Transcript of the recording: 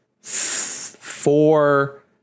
four